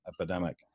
epidemic